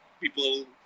people